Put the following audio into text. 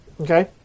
Okay